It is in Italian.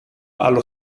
allo